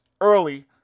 early